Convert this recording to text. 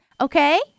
okay